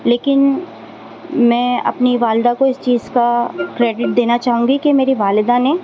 لیکن میں اپنی والدہ کو اس چیز کا کریڈٹ دینا چاہوں گی کہ میری والدہ نے